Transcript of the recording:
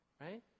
right